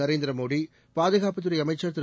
நரேந்திர மோடி பாதுகாப்புத்துறை அமைச்சர் திரு